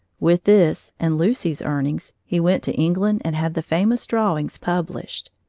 with this and lucy's earnings, he went to england and had the famous drawings published.